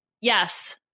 yes